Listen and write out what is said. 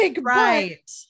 right